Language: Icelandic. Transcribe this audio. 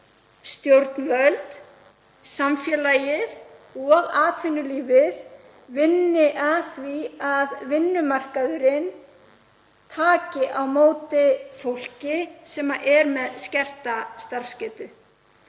stjórnvöld, samfélagið og atvinnulífið vinni að því að vinnumarkaðurinn taki á móti fólki sem er með skerta starfsgetu